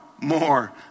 more